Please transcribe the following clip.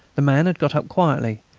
the man had got up quietly,